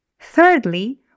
Thirdly